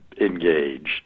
engage